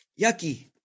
Yucky